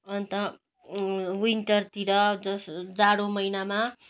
अन्त विन्टरतिर यस जाडो महिनामा